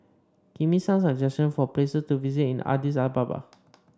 give me some suggestions for places to visit in Addis Ababa